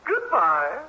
Goodbye